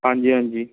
ਹਾਂਜੀ ਹਾਂਜੀ